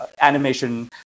animation